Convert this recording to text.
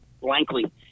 blankly